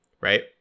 Right